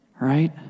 right